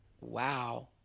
Wow